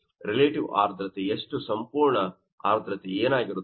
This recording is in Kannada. ರಿಲೇಟಿವ್ ಆರ್ದ್ರತೆ ಎಷ್ಟು ಸಂಪೂರ್ಣ ಆರ್ದ್ರತೆ ಏನಾಗಿರುತ್ತದೆ